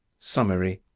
summary